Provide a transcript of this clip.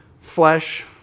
flesh